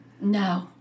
No